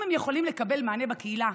אם הם יכולים לקבל מענה בקהילה,